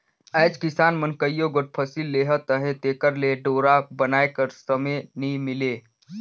आएज किसान मन कइयो गोट फसिल लेहत अहे तेकर ले डोरा बनाए कर समे नी मिले